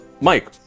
Mike